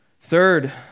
Third